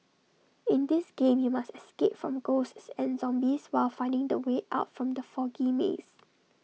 in this game you must escape from ghosts and zombies while finding the way out from the foggy maze